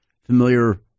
familiar